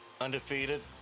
undefeated